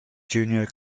junior